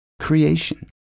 creation